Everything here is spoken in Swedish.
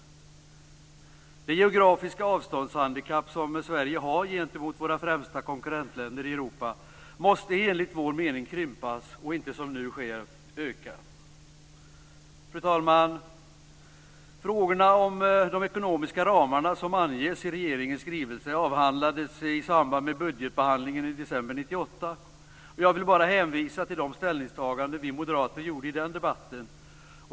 Det geografiska avståndshandikapp som Sverige har gentemot våra främsta konkurrentländer i Europa måste enligt vår mening krympas och inte, som nu sker, öka. Fru talman! Frågorna om de ekonomiska ramarna som anges i regeringens skrivelse avhandlades i samband med budgetbehandlingen i december 1998. Jag vill bara hänvisa till de ställningstaganden som vi moderater gjorde i den debatten.